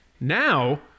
Now